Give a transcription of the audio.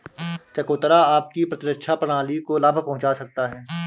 चकोतरा आपकी प्रतिरक्षा प्रणाली को लाभ पहुंचा सकता है